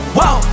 Whoa